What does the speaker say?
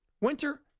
Winter